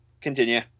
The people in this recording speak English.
continue